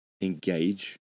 engage